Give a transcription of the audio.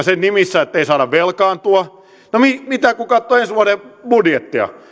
sen nimissä ettei saa velkaantua no mitä kun katsoo ensi vuoden budjettia niin